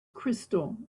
crystal